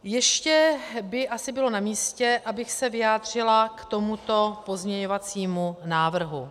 Ještě by asi bylo namístě, abych se vyjádřila k tomuto pozměňovacímu návrhu.